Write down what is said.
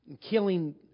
killing